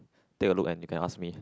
take a look and you can ask me